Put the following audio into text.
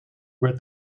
werd